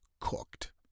cooked